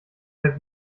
herr